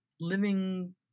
living